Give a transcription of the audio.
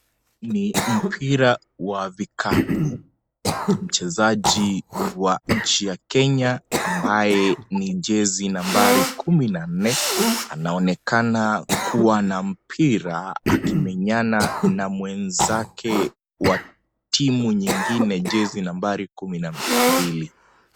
Ni mpira wa vikapu , mchezaji wa inchi wa Kenya ambaye ni jeasy nambari kumi na nne anaonekana kuwa na mpira akimenyana na mwenzake wa timu nyingine jeasy nambari kumi.